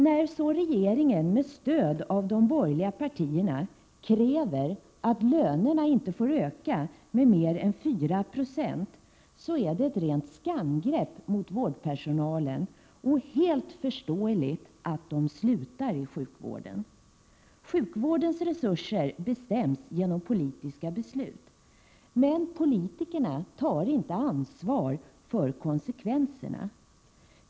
När regeringen med stöd av de borgerliga partierna kräver att lönerna inte får öka med mer än 4 90, innebär det ett rent skamgrepp mot vårdpersonalen. Det är helt förståeligt att personalen slutar inom sjukvården. Sjukvårdens resurser bestäms genom politiska beslut. Politikerna tar emellertid inte ansvar för konsekvenserna.